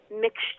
mixture